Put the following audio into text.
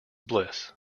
bliss